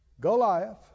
Goliath